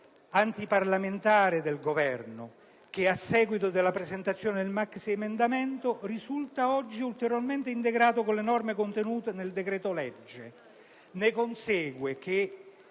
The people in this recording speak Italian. antiparlamentare del Governo; inoltre, a seguito della presentazione del maxiemendamento, risulta oggi ulteriormente integrato con le norme contenute nel decreto-legge sulle